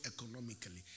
economically